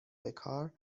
بکار